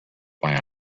planet